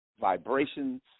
vibrations